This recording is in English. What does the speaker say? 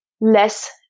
less